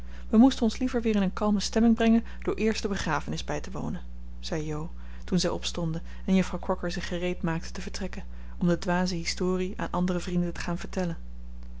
we moesten ons liever weer in een kalme stemming brengen door eerst de begrafenis bij te wonen zei jo toen zij opstonden en juffrouw crocker zich gereed maakte te vertrekken om de dwaze historie aan andere vrienden te gaan vertellen